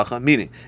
meaning